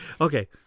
Okay